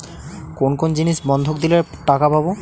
কোন কোন জিনিস বন্ধক দিলে টাকা পাব?